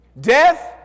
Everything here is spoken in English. Death